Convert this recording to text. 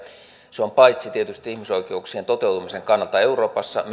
paitsi tietysti ihmisoikeuksien toteutumisen kannalta euroopassa